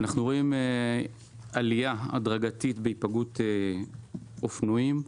אנחנו רואים עלייה הדרגתית בהיפגעות אופנועים,